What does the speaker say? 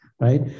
right